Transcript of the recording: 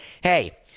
hey